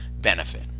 benefit